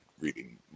reading